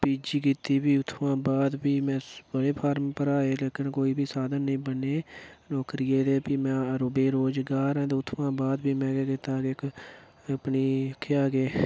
PG कीती भी उत्थुआं बाद भी में होर फार्म भराए लेकिन कोई बी साधन निं बनें नौकरी दा प्ही में बेरोजगार आं ते उत्थुआं बाद प्ही में एह् कीता अपने आखेआ कोई